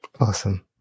Awesome